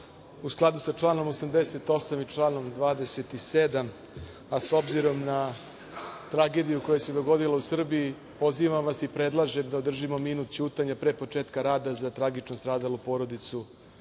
u skladu sa članom 88. i članom 27, a s obzirom na tragediju koja se dogodila u Srbiji, pozivam vas i predlažem da održimo minut ćutanja pre početka rada za tragično stradalu porodicu u